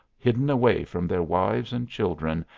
hidden away from their wives and children,